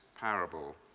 parable